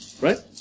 right